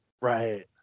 right